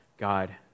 God